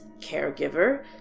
caregiver